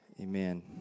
Amen